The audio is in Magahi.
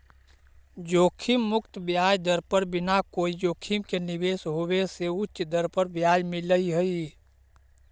जोखिम मुक्त ब्याज दर पर बिना कोई जोखिम के निवेश होवे से उच्च दर पर ब्याज मिलऽ हई